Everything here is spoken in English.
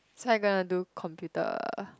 so I gonna do computer